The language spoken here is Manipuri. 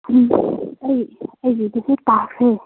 ꯑꯩ ꯑꯩꯒꯤꯗꯗꯤ ꯇꯥꯈ꯭ꯔꯦ